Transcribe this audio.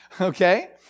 Okay